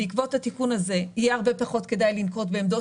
בעקבות התיקון הזה יהיה הרבה פחות כדאי לנקוט בעמדות